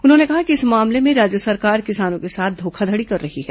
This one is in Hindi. उन्होंने कहा कि इस मामले में राज्य सरकार किसानों के साथ धोखाधड़ी कर रही है